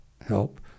help